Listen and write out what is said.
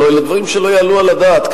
הלוא אלה דברים שלא יעלו על הדעת.